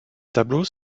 tableaux